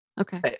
Okay